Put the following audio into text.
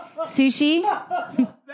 sushi